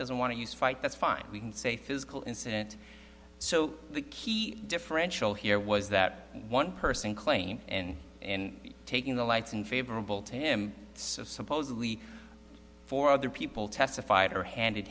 doesn't want to use fight that's fine we can say physical incident so the key differential here was that one person claimed and in taking the lights and favorable to him so supposedly four other people testified or hand